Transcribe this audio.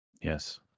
Yes